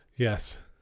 Yes